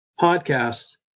podcast